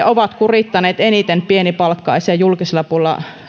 ovat kurittaneet eniten pienipalkkaisia julkisella puolella